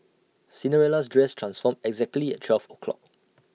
Cinderella's dress transformed exactly at twelve o'clock